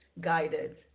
guided